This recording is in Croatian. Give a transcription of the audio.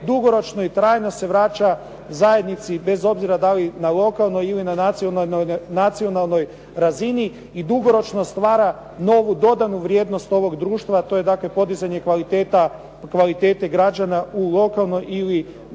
dugoročno i trajno se vraća zajednici bez obzira da li na lokalnoj ili na nacionalnoj razini i dugoročno stvara novu dodanu vrijednost ovoga društva, a to je dakle podizanje kvalitete građana u lokalnoj zajednici ili